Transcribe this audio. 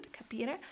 capire